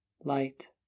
Light